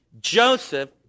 Joseph